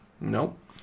Nope